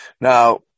Now